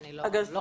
אני לא חושבת.